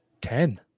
Ten